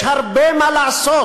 יש הרבה מה לעשות